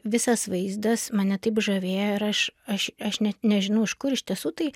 visas vaizdas mane taip žavėjo ir aš aš aš net nežinau iš kur iš tiesų tai